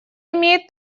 имеет